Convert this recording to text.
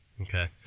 Okay